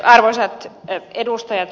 arvoisat edustajat